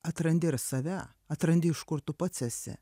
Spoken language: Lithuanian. atrandi ir save atrandi iš kur tu pats esi